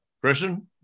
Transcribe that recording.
Christian